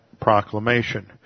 proclamation